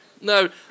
No